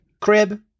Crib